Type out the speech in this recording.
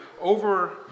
over